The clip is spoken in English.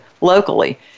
locally